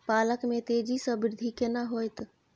पालक में तेजी स वृद्धि केना होयत?